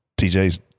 TJ's